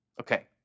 Okay